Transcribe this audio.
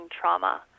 trauma